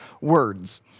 words